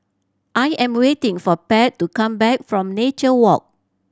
I am waiting for Pat to come back from Nature Walk